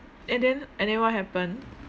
and then and then what happen